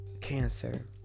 cancer